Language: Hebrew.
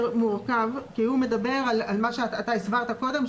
מורכב כי הוא מדבר על מה שאתה הסברת קודם,